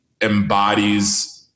embodies